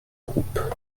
groupes